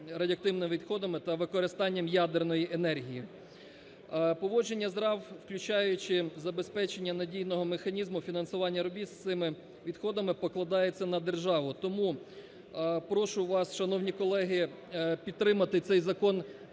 радіоактивними відходами та використанням ядерної енергії. Поводження з РАВ, включаючи забезпечення надійного механізму фінансування робіт з цими відходами, покладається на державу. Тому прошу вас, шановні колеги, підтримати цей закон